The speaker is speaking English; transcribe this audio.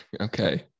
Okay